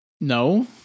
No